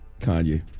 Kanye